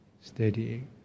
steadying